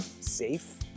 safe